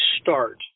start